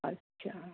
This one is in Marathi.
अच्छा